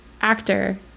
actor